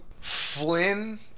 flynn